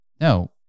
No